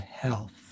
health